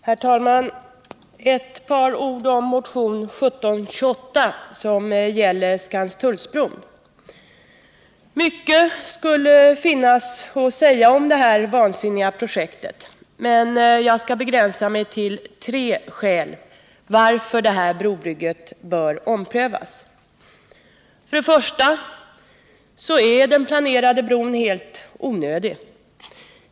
Herr talman! Några ord om motionen 1728, som gäller Skanstullsbron. Mycket skulle finnas att säga om detta vansinniga projekt, men jag skall begränsa mig till tre skäl till att beslutet om brobygget bör omprövas. För det första är den planerade bron helt onödig.